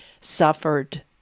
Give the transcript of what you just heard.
suffered